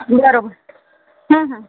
બરાબર હા હા